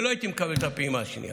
ולא הייתי מקבל את הפעימה השנייה.